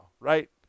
right